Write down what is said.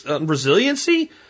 resiliency